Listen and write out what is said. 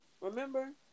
Remember